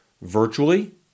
virtually